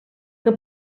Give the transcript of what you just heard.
que